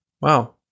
wow